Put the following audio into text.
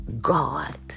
God